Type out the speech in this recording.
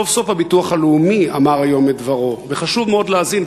סוף-סוף הביטוח הלאומי אמר היום את דברו וחשוב מאוד להאזין,